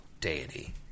deity